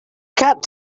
cat